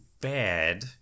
bad